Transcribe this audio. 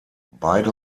beide